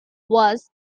was